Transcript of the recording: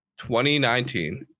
2019